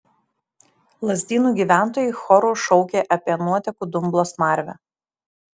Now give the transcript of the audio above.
lazdynų gyventojai choru šaukė apie nuotekų dumblo smarvę